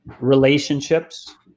relationships